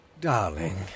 Darling